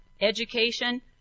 Education